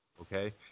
okay